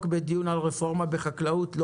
בדיון על רפורמה בחקלאות אנחנו צריכים לבדוק לא